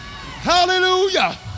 Hallelujah